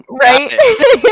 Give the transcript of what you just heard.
Right